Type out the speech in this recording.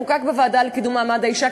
הוא חוקק בוועדה לקידום מעמד האישה,